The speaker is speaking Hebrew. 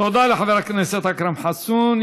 תודה לחבר הכנסת אכרם חסון.